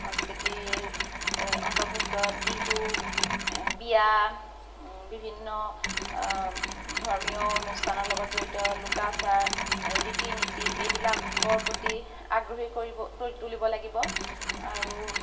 সংস্কৃতিৰ অন্তৰ্ভুক্ত বিহু এ বিয়া বিভিন্ন ধৰ্মীয় অনুষ্ঠানৰ লগত জড়িত লোকাচাৰ ৰীতি নীতি এইবিলাকৰ প্ৰতি আগ্ৰহী কৰিব কৰি তুলিব লাগিব আৰু